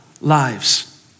lives